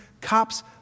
cops